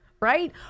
Right